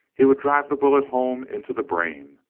he would drive the bullet home into the brain,